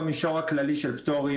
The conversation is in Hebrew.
במישור הכללי של פטורים,